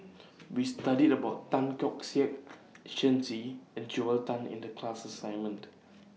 We studied about Tan Keong Saik Shen Xi and Joel Tan in The class assignment